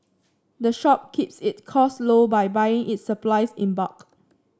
the shop keeps its costs low by buying its supplies in bulk